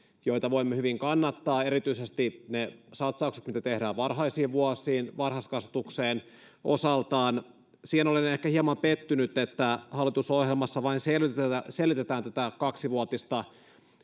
joita voimme hyvin kannattaa erityisesti ne satsaukset mitä tehdään varhaisiin vuosiin ja varhaiskasvatukseen osaltaan siihen olen ehkä hieman pettynyt että hallitusohjelmassa vain selvitetään tätä selvitetään tätä kaksivuotista